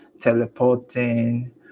teleporting